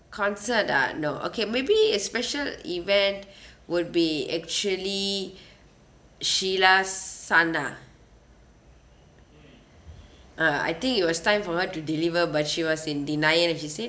concert ah no okay maybe a special event would be actually shila's sannah uh I think it was time for her to deliver but she was in denial he said